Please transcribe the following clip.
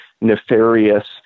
nefarious